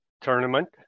tournament